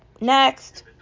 Next